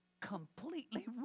completely